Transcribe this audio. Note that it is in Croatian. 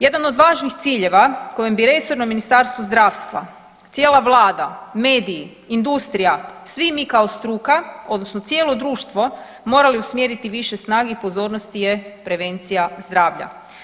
Jedan od važnih ciljeva kojim bi resorno Ministarstvo zdravstva, cijela vlada, mediji, industrija, svi mi kao struka odnosno cijelo društvo morali usmjeriti više snage i pozornosti je prevencija zdravlja.